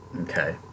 Okay